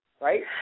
right